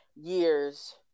years